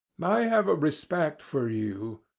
i have a respect for you,